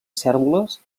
cérvoles